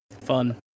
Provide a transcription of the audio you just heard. Fun